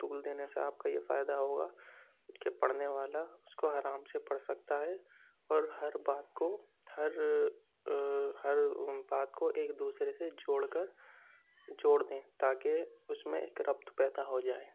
طول دینے سے آپ کا یہ فائدہ ہوگا کہ پڑھنے والا اُس کو آرام سے پڑھ سکتا ہے اور ہر بات کو ہر ہر بات کو ایک دوسرے سے جوڑ کر جوڑ دیں تاکہ اُس میں ایک ربط پیدا ہوجائے